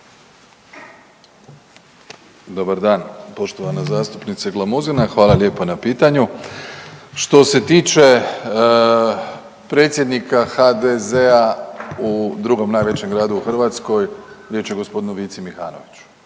Dobar dan poštovana zastupnice Glamuzina, hvala lijepa na pitanju. Što se tiče predsjednika HDZ-a u drugom najvećem gradu u Hrvatskoj, riječ je o g. Vici Mihanoviću,